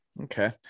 Okay